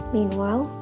Meanwhile